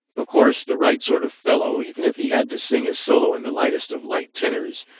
of course the right sort of fellow, even if he had to sing his solo in the lightest of light tenors,